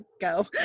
go